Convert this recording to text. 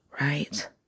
Right